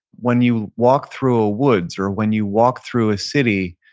when you walk through a woods or when you walk through a city,